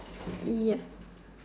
it's me ya